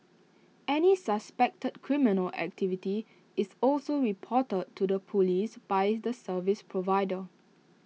any suspected criminal activity is also reported to the Police by the service provider